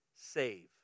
save